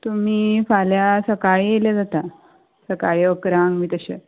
तुमी फाल्यां सकाळीं येयले जाता सकाळी अकरांक बी तशें